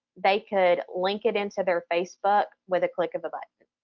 they could link it into their facebook with a click of a button,